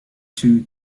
too